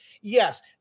Yes